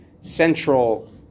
central